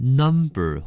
number